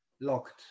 locked